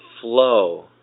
flow